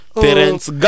parents